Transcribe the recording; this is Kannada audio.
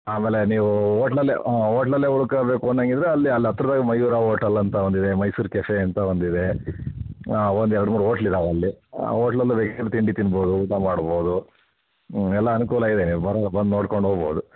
ಆಮೇಲೆ ನೀವು ಹೋಟ್ಲಲ್ಲೇ ಹೋಟ್ಲಲ್ಲೇ ಉಳ್ಕೊಳ್ಬೇಕು ಅನ್ನಂಗಿದ್ರೆ ಅಲ್ಲಿ ಅಲ್ಲೇ ಹತ್ತಿರದಲ್ಲಿ ಮಯೂರ ಹೋಟಲ್ ಅಂತ ಒಂದಿದೆ ಮೈಸೂರ್ ಕೆಫೆ ಅಂತ ಒಂದಿದೆ ಒಂದು ಎರಡು ಮೂರು ಹೊಟ್ಲಿದವೆ ಅಲ್ಲಿ ಹೋಟ್ಲಲ್ಲಿ ಬೇಕಿದ್ದರೆ ತಿಂಡಿ ತಿನ್ಬೋದು ಊಟ ಮಾಡ್ಬೋದು ಎಲ್ಲ ಅನುಕೂಲ ಇದೆ ನೀವು ಬರೋಗ ಬಂದು ನೋಡ್ಕೊಂಡು ಹೋಗ್ಬೋದು